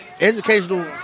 educational